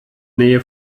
nähe